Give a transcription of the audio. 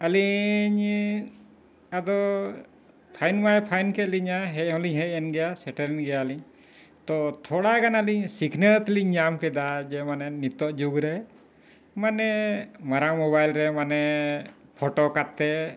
ᱟᱹᱞᱤᱧ ᱟᱫᱚ ᱯᱷᱟᱭᱤᱱ ᱢᱟᱭ ᱯᱷᱟᱭᱤᱱ ᱠᱮᱫ ᱞᱤᱧᱟᱹ ᱦᱮᱡ ᱦᱚᱸᱞᱤᱧ ᱦᱮᱡ ᱮᱱ ᱜᱮᱭᱟ ᱥᱮᱴᱮᱨ ᱮᱱ ᱜᱮᱭᱟᱞᱤᱧ ᱛᱚ ᱛᱷᱚᱲᱟ ᱜᱟᱱ ᱟᱹᱞᱤᱧ ᱥᱤᱠᱷᱱᱟᱹᱛ ᱞᱤᱧ ᱧᱟᱢ ᱠᱮᱫᱟ ᱡᱮ ᱢᱟᱱᱮ ᱱᱤᱛᱚᱜ ᱡᱩᱜᱽ ᱨᱮ ᱢᱟᱱᱮ ᱢᱟᱨᱟᱝ ᱢᱳᱵᱟᱭᱤᱞ ᱨᱮ ᱢᱟᱱᱮ ᱯᱷᱚᱴᱳ ᱠᱟᱛᱮᱫ